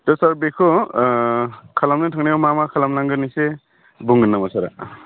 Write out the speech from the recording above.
सार बेखौ खालामनो थांनायाव मा मा खालामनांगोन एसे बुंगोन नामा सार